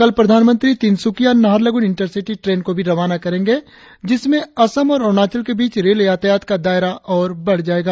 कल प्रधानमंत्री Tinsukia Naharlagun intercity train को भी रवाना करेंगे जिससे असम और अरुणाचल के बीच रेल यातायात का दायरा और बढ़ जायेगा